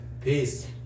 peace